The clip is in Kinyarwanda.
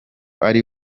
ari